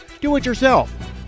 do-it-yourself